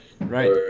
right